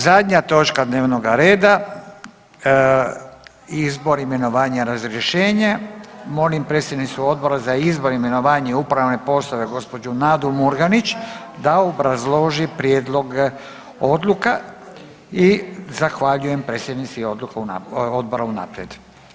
Zadnja točka dnevnoga reda: - Izbor, imenovanja, razrješenje Molim predsjednicu Odbora za izbor, imenovanje i uprave poslove gospođu Nadu Murganić da obrazloži prijedlog odluka i zahvaljujem predsjednici odbora unaprijed.